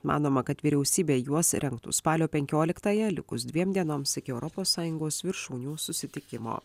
manoma kad vyriausybė juos rengtų spalio penkioliktąją likus dviem dienoms iki europos sąjungos viršūnių susitikimo